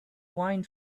wine